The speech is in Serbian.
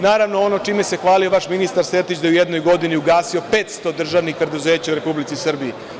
Naravno, i ono čime se hvalio ministar Sertić, da je u jednoj godini ugasio 500 državnih preduzeća u Republici Srbiji.